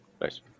Nice